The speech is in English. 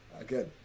again